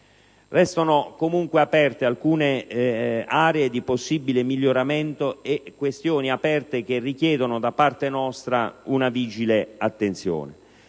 Restano comunque alcuni margini di possibile miglioramento e questioni aperte che richiedono da parte nostra una vigile attenzione.